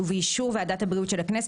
ובאישור ועדת הבריאות של הכנסת,